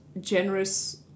generous